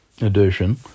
edition